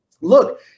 Look